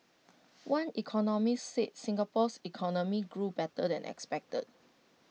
one economist said Singapore's economy grew better than expected